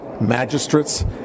magistrates